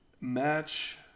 Match